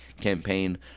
campaign